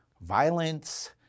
violence